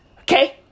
Okay